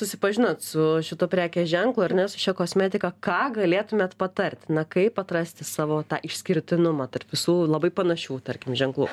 susipažinot su šituo prekės ženklu ar ne su šia kosmetika ką galėtumėt patart na kaip atrasti savo tą išskirtinumą tarp visų labai panašių tarkim ženklų